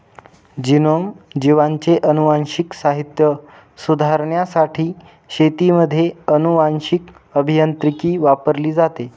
genome, जीवांचे अनुवांशिक साहित्य सुधारण्यासाठी शेतीमध्ये अनुवांशीक अभियांत्रिकी वापरली जाते